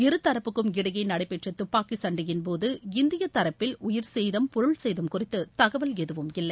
இருதரப்புக்கும் இடையே நடைபெற்ற துப்பாக்கி சண்டையின் போது இந்திய தரப்பில் உயிர்சேதம் பொருள் சேதம் குறித்து தகவல் எதுவுமில்லை